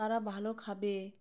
তারা ভালো খাবে